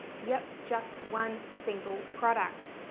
yep, just one single product.